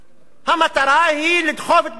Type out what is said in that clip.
המטרה היא לדחוף את בני-הנוער,